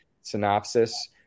synopsis